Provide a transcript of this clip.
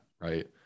Right